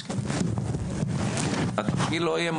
יש פה הרבה יראי שמיים שמתפללים כל יום תפילת שמונה עשרה,